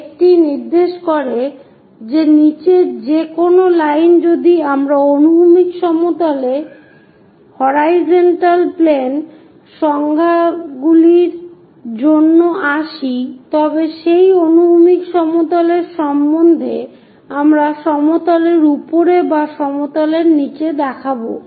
এটি নির্দেশ করে যে নীচের যে কোনও লাইন যদি আমরা অনুভূমিক সমতল সংজ্ঞাগুলির জন্য আসি তবে সেই অনুভূমিক সমতলের সম্বন্ধে আমরা সমতলের উপরে বা সমতলের নীচে দেখবো